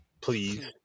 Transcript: Please